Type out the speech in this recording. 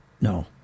No